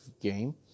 game